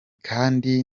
kandi